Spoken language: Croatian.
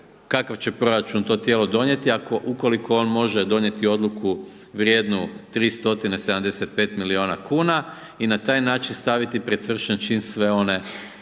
kakav će proračun to tijelo donijeti, ako, ukoliko on može donijeti odluku vrijednu 3 stotine 75 milijuna kuna i na taj način staviti pred svršen čin sve one